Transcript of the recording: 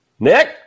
Nick